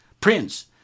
Prince